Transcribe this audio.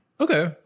okay